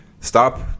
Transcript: Stop